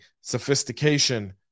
sophistication